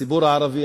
הציבור הערבי,